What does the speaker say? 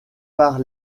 par